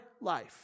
life